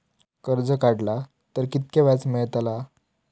कर्ज काडला तर कीतक्या व्याज मेळतला?